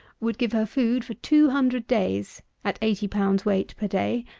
would give her food for two hundred days, at eighty pounds weight per day,